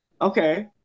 okay